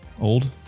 old